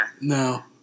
No